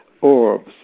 orbs